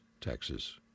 Texas